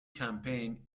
campaign